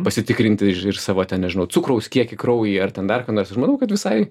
pasitikrinti ir savo ten nežinau cukraus kiekį kraujyje ar ten dar ką nors ir manau kad visai